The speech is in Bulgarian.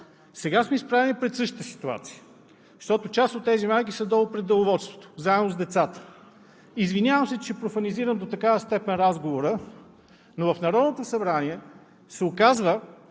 Сега сме изправени пред същата ситуация, защото част от тези майки заедно с децата са долу пред Деловодството. Извинявам се, че профанизирам до такава степен разговора, но в Народното събрание се оказва